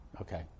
Okay